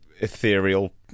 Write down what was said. ethereal